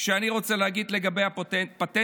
שאני רוצה להגיד לגבי הפטנטים,